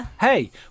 hey